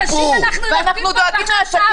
חודשים אנחנו יושבים פה, שעה